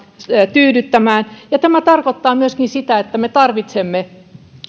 tyydyttämään tämä tarkoittaa myöskin sitä että me tarvitsemme